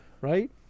Right